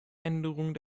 änderung